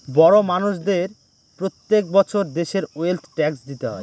বড় মানষদের প্রত্যেক বছর দেশের ওয়েলথ ট্যাক্স দিতে হয়